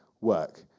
work